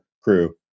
crew